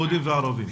יהודים וערבים.